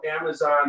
Amazon